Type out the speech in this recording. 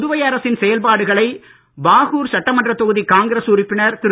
புதுவை அரசின் செயல்பாடுகளை பாகூர் சட்டமன்ற தொகுதி காங்கிரஸ் உறுப்பினர் திரு